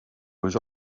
was